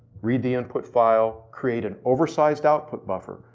read input file, create an oversized output buffer.